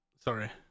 Sorry